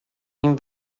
nim